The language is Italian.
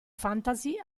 fantasy